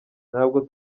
ntabwo